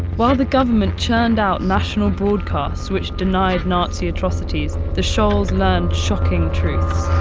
while the government churned out national broadcasts which denied nazi atrocities, the scholls learned shocking truths.